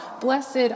blessed